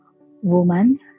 Woman